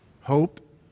Hope